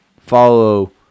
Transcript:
follow